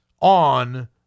on